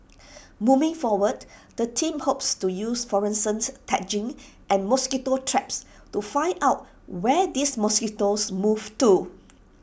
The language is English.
moving forward the team hopes to use fluorescent tagging and mosquito traps to find out where these mosquitoes move to